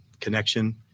Connection